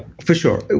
for sure.